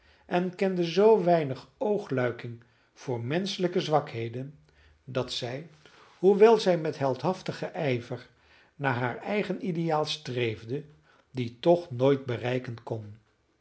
en kende zoo weinig oogluiking voor menschelijke zwakheden dat zij hoewel zij met heldhaftigen ijver naar haar eigen ideaal streefde dien toch nooit bereiken kon